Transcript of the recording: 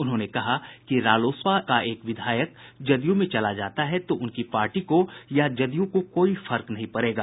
उन्होंने कहा कि रालोसपा का एक विधायक जदयू में चला जाता है तो उनकी पार्टी को या जदयू को कोई फर्क नहीं पड़ेगा